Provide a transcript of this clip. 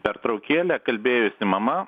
pertraukėlę kalbėjusi mama